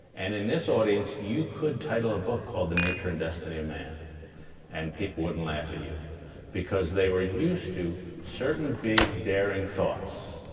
and in this audience, you could title a book called the nature and destiny of man and people wouldn't laugh at you because they were used to certain big daring thoughts.